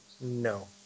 No